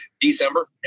December